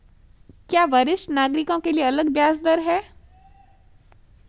क्या वरिष्ठ नागरिकों के लिए अलग ब्याज दर है?